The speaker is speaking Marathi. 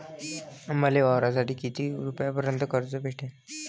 मले वावरासाठी किती रुपयापर्यंत कर्ज भेटन?